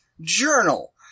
journal